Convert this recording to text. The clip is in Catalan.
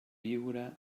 viure